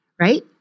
Right